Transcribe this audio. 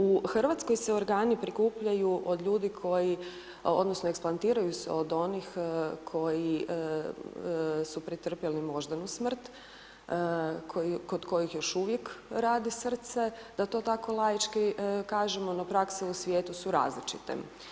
U RH se organi prikupljaju od ljudi koji odnosno eksplantiraju se od onih koji su pretrpjeli moždanu smrt, kod kojih još uvijek radi srce, da to tako laički kažemo, no prakse u svijetu su različite.